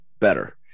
better